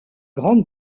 grande